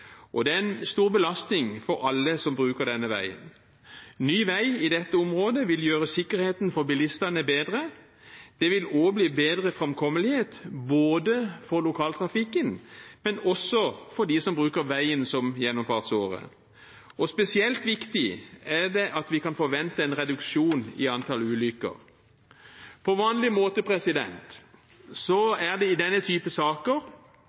Det er en stor belastning for alle som bruker denne veien. Ny vei i dette området vil gjøre sikkerheten for bilistene bedre. Det vil også bli bedre framkommelighet for lokaltrafikken, men også for dem som bruker veien som gjennomfartsåre, og spesielt viktig er det at vi kan forvente en reduksjon i antall ulykker. På vanlig måte er det i denne type saker